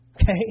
okay